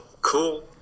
cool